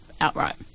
outright